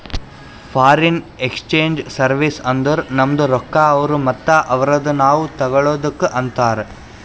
foreign exchange service ಅಂದುರ್ ನಮ್ದು ರೊಕ್ಕಾ ಅವ್ರು ಮತ್ತ ಅವ್ರದು ನಾವ್ ತಗೊಳದುಕ್ ಅಂತಾರ್